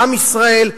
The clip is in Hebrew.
לעם ישראל,